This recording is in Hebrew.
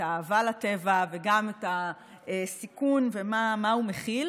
את האהבה לטבע וגם את הסיכון ומה הוא מכיל,